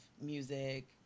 music